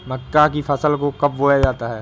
मक्का की फसल को कब बोया जाता है?